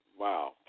wow